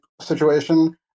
situation